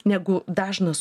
negu dažnas